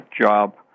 job